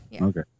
Okay